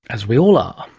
as we all are,